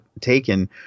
taken